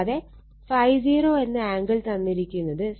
കൂടാതെ ∅0 എന്ന ആംഗിൾ തന്നിരിക്കുന്നത് 78